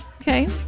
okay